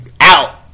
out